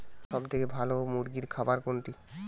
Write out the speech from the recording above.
সবথেকে ভালো মুরগির খাবার কোনটি?